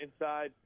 inside